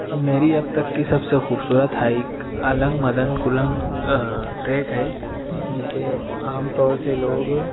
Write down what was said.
میری اب تک کی سب سے خوبصورت ہائیک النگ مدن کلنگ ٹریک ہے جسے عام طور سے لوگ